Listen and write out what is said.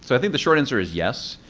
so i think the short answer is yes,